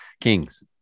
kings